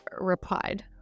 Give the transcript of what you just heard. replied